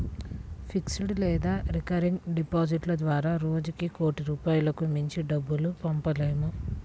fixed లేదా recurring డిపాజిట్ల ద్వారా రోజుకి కోటి రూపాయలకు మించి డబ్బుల్ని పంపలేము